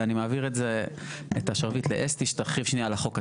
ואני מעביר את השרביט לאסתי שתרחיב על החוק עצמו.